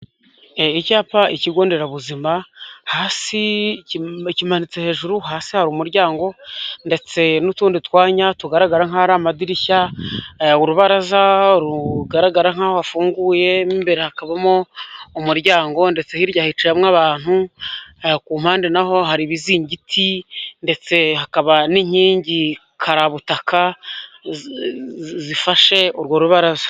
Icyapa ikigo nderabuzima hasi kimanitse hejuru hasi hari umuryango ndetse n'utundi twanya tugaragara nkaho ari amadirishya urubaraza rugaragara nkaho hafunguye mo imbere hakabamo umuryango ndetse hirya hicayemo abantu ku mpande naho hari ibizingiti ndetse hakaba n'inkingi karabutaka zifashe urwo rubaraza.